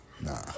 Nah